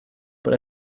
bod